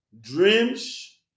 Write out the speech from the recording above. dreams